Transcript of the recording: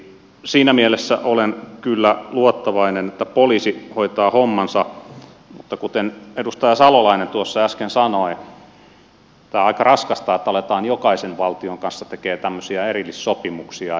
siinä mielessä olen kyllä luottavainen että poliisi hoitaa hommansa mutta kuten edustaja salolainen tuossa äsken sanoi tämä on aika raskasta että aletaan jokaisen valtion kanssa tekemään tämmöisiä erillissopimuksia